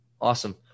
awesome